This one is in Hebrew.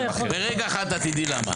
ברגע אחד את תדעי למה,